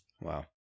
Wow